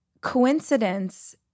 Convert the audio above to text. coincidence